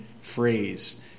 phrase